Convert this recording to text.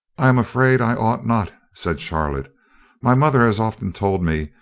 i am afraid i ought not, said charlotte my mother has often told me,